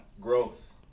Growth